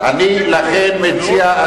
אני לכן מציע,